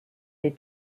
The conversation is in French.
les